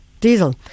Diesel